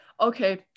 Okay